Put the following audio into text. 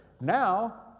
Now